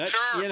Sure